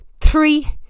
three